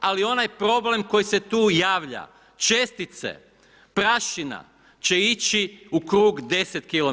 Ali onaj problem koji se tu javlja, čestice, prašina će ići u krug 10 km.